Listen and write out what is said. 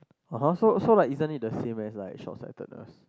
(uh huh) so so like isn't it the same as like shortsightedness